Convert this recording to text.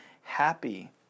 happy